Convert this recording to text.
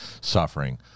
suffering